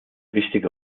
wichtige